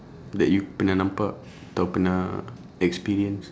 that you pernah nampak atau pernah experience